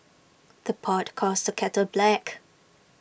the pot calls the kettle black